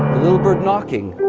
little bird knocking.